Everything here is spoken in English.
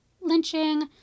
lynching